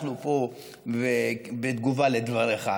בתגובה לדבריך,